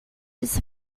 its